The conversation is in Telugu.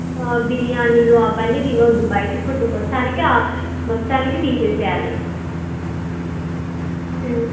బిర్యానీలు అవన్నీ తిన వద్దు బయట ఫుడ్ మొత్తానికే మొత్తానికి తీసేయ్యాలి